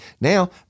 Now